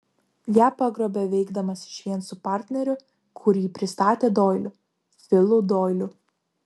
ją pagrobė veikdamas išvien su partneriu kurį pristatė doiliu filu doiliu